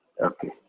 okay